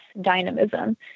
dynamism